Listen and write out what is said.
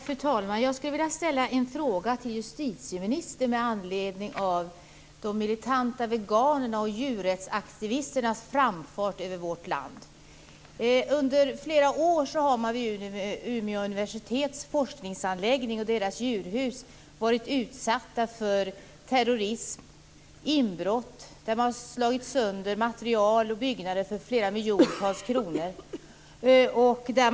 Fru talman! Jag skulle vilja ställa en fråga till justitieministern med anledning av de militanta veganernas och djurrättsaktivisternas framfart över vårt land. Under flera år har Umeå universitets forskningsanläggning och deras djurhus varit utsatta för terrorism och inbrott där material och byggnader för flera miljontals kronor slagits sönder.